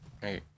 Hey